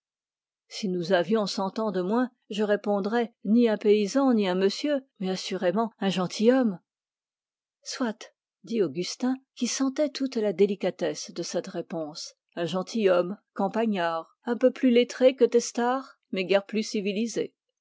si nous avions cent ans de moins je répondais ni un paysan ni un monsieur mais assurément un gentilhomme soit dit augustin qui sentait toute la délicatesse de cette réponse un gentilhomme campagnard un peu plus lettré que testard mais guère plus civilisé